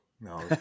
No